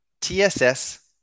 TSS